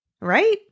right